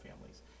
families